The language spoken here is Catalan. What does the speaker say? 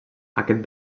aquest